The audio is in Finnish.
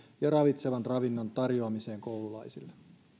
ja ravitsevan ravinnon tarjoamiseen koululaisille